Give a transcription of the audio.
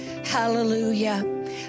Hallelujah